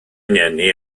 ngeni